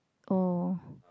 oh